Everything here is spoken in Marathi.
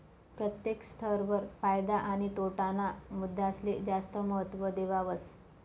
प्रत्येक स्तर वर फायदा आणि तोटा ना मुद्दासले जास्त महत्व देवावस